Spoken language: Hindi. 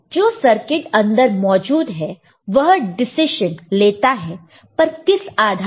जो सर्किट अंदर मौजूद है वह यह डिसीजन लेता है पर किस आधार पर